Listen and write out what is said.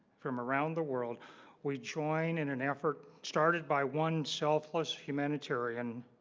from around the world we join in an effort started by one selfless humanitarian